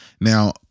Now